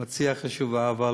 המציעה חשובה, אבל